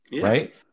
Right